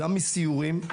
גם מסיורים,